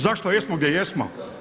Zašto jesmo gdje jesmo?